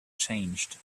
changed